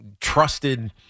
trusted